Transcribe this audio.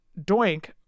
Doink